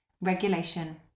regulation